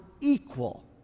equal